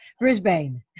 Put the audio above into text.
Brisbane